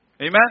Amen